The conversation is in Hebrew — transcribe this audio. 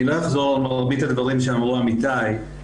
אני לא אחזור על מרבית הדברים שאמרו עמיתיי,